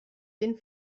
den